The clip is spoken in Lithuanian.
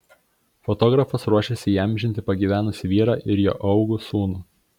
fotografas ruošiasi įamžinti pagyvenusį vyrą ir jo augų sūnų